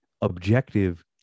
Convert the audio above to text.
objective